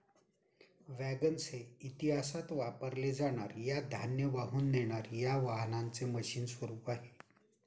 wagons हे इतिहासात वापरल्या जाणार या धान्य वाहून नेणार या वाहनांचे मशीन स्वरूप आहे